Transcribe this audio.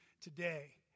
today